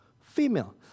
female